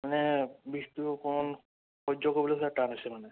মানে বিষটো অকণ সহ্য কৰিবলৈ ছাৰ টান হৈছে মানে